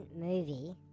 movie